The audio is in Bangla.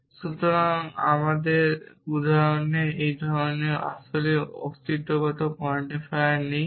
সম্ভবত আমাদের উদাহরণে আমাদের কাছে আসলেই অস্তিত্বগত কোয়ান্টিফায়ার নেই